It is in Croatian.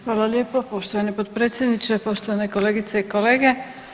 Hvala lijepo poštovani potpredsjedniče, poštovane kolegice i kolege.